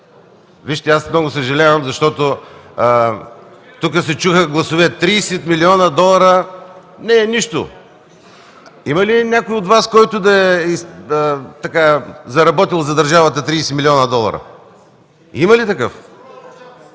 Вижте, много съжалявам, защото тук се чуха гласове: „Тридесет милиона долара не е нищо”. Има ли някой от Вас, който да е заработил за държавата 30 милиона долара? Има ли такъв?